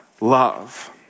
love